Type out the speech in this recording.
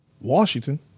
Washington